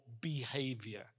behavior